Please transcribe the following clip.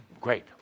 Great